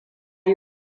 yi